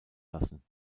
lassen